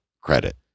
credit